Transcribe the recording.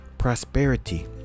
prosperity